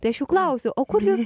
tai aš jų klausiu o kur jūs